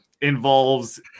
involves